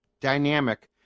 dynamic